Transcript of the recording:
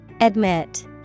Admit